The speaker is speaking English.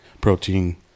protein